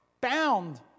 bound